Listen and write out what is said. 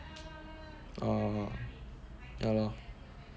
oh ya lor